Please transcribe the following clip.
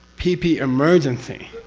pee-pee emergency,